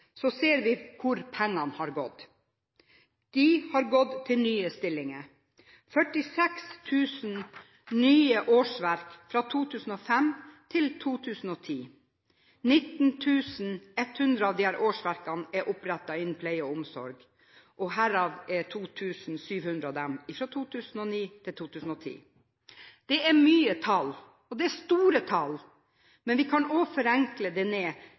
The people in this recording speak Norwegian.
ser vi hvor pengene har gått. De har gått til nye stillinger: 46 000 nye årsverk fra 2005 til 2010. 19 100 av disse årsverkene er opprettet innen pleie- og omsorg – 2 700 av dem fra 2009 til 2010. Det er mye tall, og det er store tall, men vi kan forenkle det ned